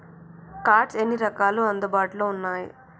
Cards ఎన్ని రకాలు అందుబాటులో ఉన్నయి?